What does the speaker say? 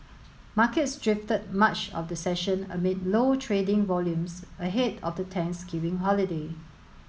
markets drifted much of the session amid low trading volumes ahead of the Thanksgiving holiday